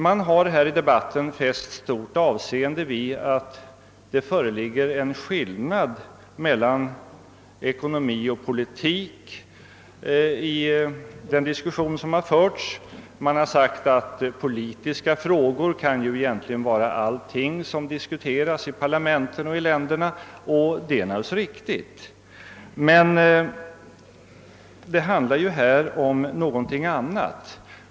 Man har här debatterat huruvida det föreligger en skillnad mellan ekonomi och politik i EEC-frågan. Man har sagt att politiska frågor egentligen kan vara allting som diskuteras i ländernas parlament. Det är naturligtvis alldeles riktigt. Men det handlar här om någonting annat.